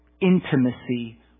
intimacy